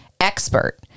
expert